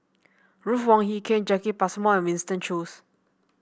Ruth Wong Hie King Jacki Passmore and Winston Choos